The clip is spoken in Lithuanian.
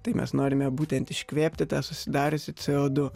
tai mes norime būtent iškvėpti tą susidariusį co du